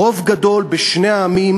רוב גדול בשני העמים